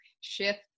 shift